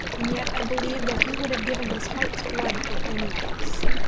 and yet i believe that he would have given his heart's blood for any of us.